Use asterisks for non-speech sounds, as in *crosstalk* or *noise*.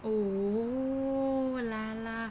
oo *noise*